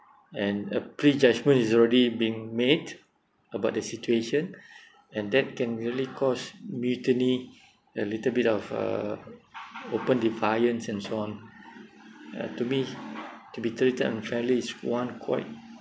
and a prejudgement is already being made about the situation and that can really cause mutiny a a little bit of uh open defiance and so on uh to me to be treated unfairly is one quite